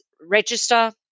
register